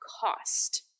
cost